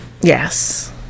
yes